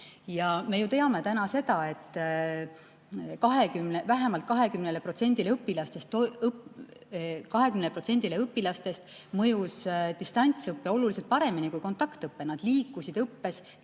me ju teame täna seda, et vähemalt 20%‑le õpilastest mõjus distantsõpe oluliselt paremini kui kontaktõpe, nad liikusid õppes